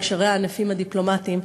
עם קשריה הענפים הדיפלומטיים,